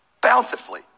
bountifully